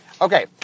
Okay